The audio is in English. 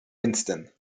winston